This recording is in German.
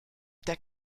der